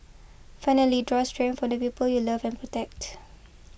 finally draw strength from the people you love and protect